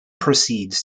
proceeds